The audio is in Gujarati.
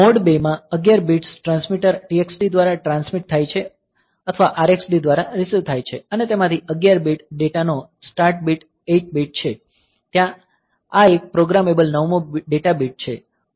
મોડ 2 માં 11 બિટ્સ ટ્રાન્સમીટર TXD દ્વારા ટ્રાન્સમિટ થાય છે અથવા R x D દ્વારા રીસીવ થાય છે અને તેમાંથી 11 બીટ ડેટા નો સ્ટાર્ટ બીટ 8 બીટ છે આ એક પ્રોગ્રામેબલ નવમો ડેટા બીટ છે